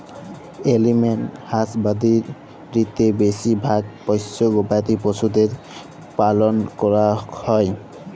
animal হাসবাদরীতে বেশি ভাগ পষ্য গবাদি পশুদের পালল ক্যরাক হ্যয়